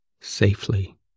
safely